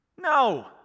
No